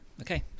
okay